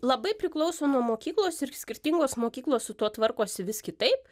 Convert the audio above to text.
labai priklauso nuo mokyklos ir skirtingos mokyklos su tuo tvarkosi vis kitaip